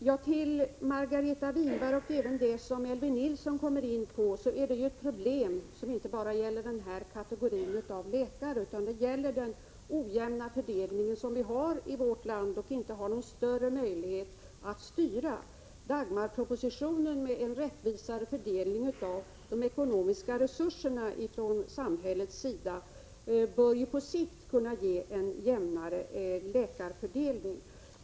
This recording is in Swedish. Det som Margareta Winberg och även Elvy Nilsson tog upp är ett problem som inte bara gäller den här kategorin läkare utan den ojämna fördelning som vi har i vårt land och inte har någon större möjlighet att styra. Dagmarpropositionen, som innebär en rättvisare fördelning av de ekonomiska resurserna från samhällets sida, bör på sikt kunna ge en jämnare läkarfördelning.